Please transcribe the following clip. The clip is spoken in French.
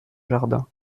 jardin